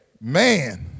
Man